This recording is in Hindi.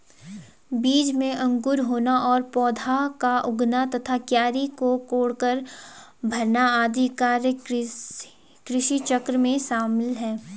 बीज में अंकुर होना और पौधा का उगना तथा क्यारी को कोड़कर भरना आदि कार्य कृषिचक्र में शामिल है